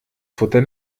futter